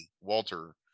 Walter